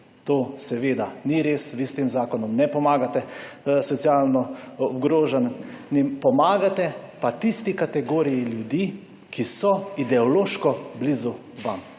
To seveda ni res. Vi s tem zakonom ne pomagate socialno ogroženim, pomagate pa tisti kategoriji ljudi, ki so ideološko blizu vam.